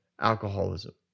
alcoholism